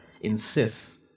Insists